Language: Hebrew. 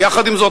יחד עם זאת,